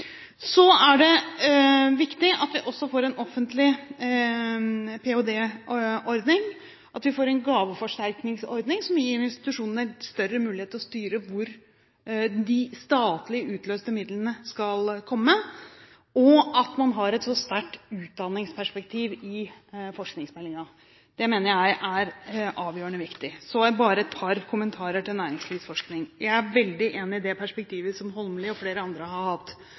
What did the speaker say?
Så er det viktig at vi også får en offentlig ph.d.-ordning, at vi får en gaveforsterkningsordning som gir institusjonene større mulighet til å kunne styre hvor de statlig utløste midlene skal komme, og at man har et sterkt utdanningsperspektiv i forskningsmeldingen. Det mener jeg er avgjørende viktig. Så bare et par kommentarer til næringslivsforskningen. Jeg er veldig enig i det perspektivet som representanten Holmelid og flere andre har